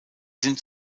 sind